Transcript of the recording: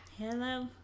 Hello